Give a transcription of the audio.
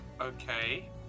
okay